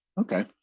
okay